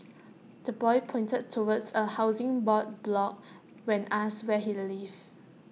the boy pointed towards A Housing Board block when asked where he lived